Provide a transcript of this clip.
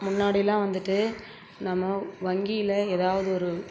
முன்னாடில்லாம் வந்துட்டு நம்ம வங்கியில் ஏதாவது ஒரு